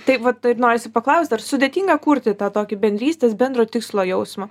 tai vat to ir norisi paklaust ar sudėtinga kurti tą tokį bendrystės bendro tikslo jausmą